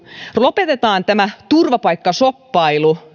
lopetetaan tämä turvapaikkashoppailu